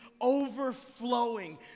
overflowing